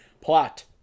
plot